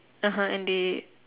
(uh huh) and they